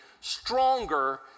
stronger